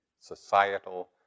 societal